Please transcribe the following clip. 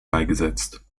beigesetzt